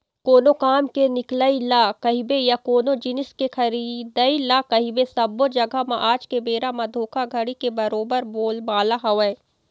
कोनो काम के निकलई ल कहिबे या कोनो जिनिस के खरीदई ल कहिबे सब्बो जघा म आज के बेरा म धोखाघड़ी के बरोबर बोलबाला हवय